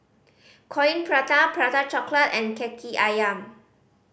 Coin Prata Prata Chocolate and Kaki Ayam